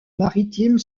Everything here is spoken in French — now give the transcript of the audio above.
maritime